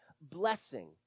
blessing